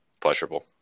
pleasurable